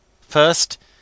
First